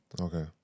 Okay